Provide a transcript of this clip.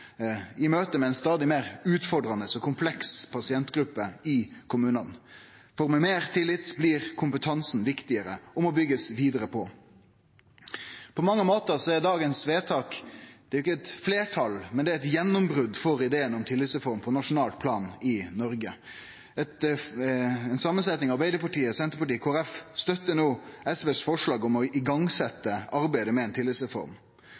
i møte med ei stadig meir utfordrande og kompleks pasientgruppe i kommunane. For med meir tillit blir kompetansen viktigare og må byggjast vidare på. På mange måtar er dagens vedtak – det er ikkje eit fleirtal, men det er eit gjennombrot for ideen om tillitsreform på nasjonalt plan i Noreg. Ei samansetjing av Arbeidarpartiet, Senterpartiet og Kristeleg Folkeparti støttar no SVs forslag om å setje i gang arbeidet med ei tillitsreform.